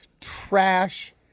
trash